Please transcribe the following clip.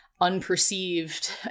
Unperceived